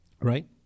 right